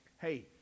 Hey